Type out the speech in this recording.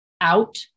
out